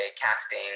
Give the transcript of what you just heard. casting